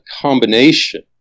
combination